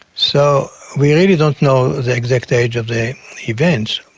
so we really don't know the exact age of the events,